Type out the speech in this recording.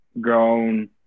grown